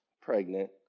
pregnant